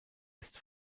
ist